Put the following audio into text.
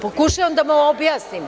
Pokušavam da vam objasnim.